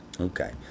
Okay